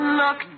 look